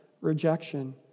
rejection